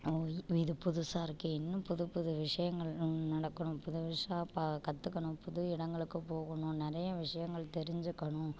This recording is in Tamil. இது புதுசாக இருக்கே இன்னும் புது புது விஷயங்கள் நடக்கணும் புதுசாக ப கற்றுக்கணும் புது இடங்களுக்கு போகணும் நிறைய விஷயங்கள் தெரிஞ்சுக்கணும்